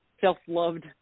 self-loved